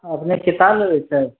अपनेके किताब लेबयके छै